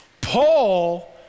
Paul